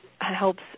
helps